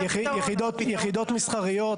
יחידות מסחריות,